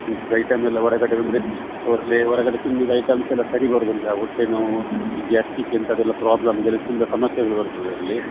food ಐಟಮೆಲ್ಲ ಹೊರಗಡೆ ಬಂದರೆ ಸೊ ಅಲ್ಲಿ ಹೊರಗಡೆ ತಿನ್ನೋದ್ ಐಟಮ್ಸ್ ಎಲ್ಲ ಸರಿ ಬರೋದಿಲ್ಲಾ ಹೊಟ್ಟೆ ನೋವು ಈ ಗ್ಯಾಸ್ಟಿಕ್ ಇಂಥದೆಲ್ಲ ಪ್ರಾಬ್ಲಮ್ ತುಂಬ ಸಮಸ್ಯೆಗಳು ಬರ್ತದೆ ಅಲ್ಲಿ